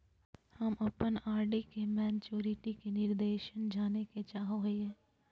हम अप्पन आर.डी के मैचुरीटी के निर्देश जाने के चाहो हिअइ